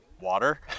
water